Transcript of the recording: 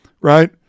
right